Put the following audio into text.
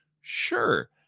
Sure